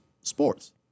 sports